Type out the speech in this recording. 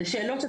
אלה שאלות,